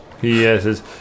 yes